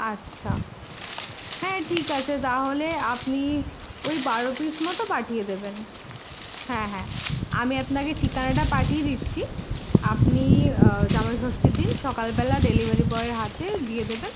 আচ্ছা হ্যাঁ ঠিক আছে তাহলে আপনি ওই বারো পিস মতো পাঠিয়ে দেবেন হ্যাঁ হ্যাঁ আমি আপনাকে ঠিকানাটা পাঠিয়ে দিচ্ছি আপনি জামাইষষ্ঠীর দিন সকালবেলা ডেলিভারি বয়ের হাতে দিয়ে দেবেন